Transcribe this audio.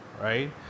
right